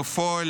בפועל